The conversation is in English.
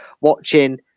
watching